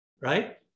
right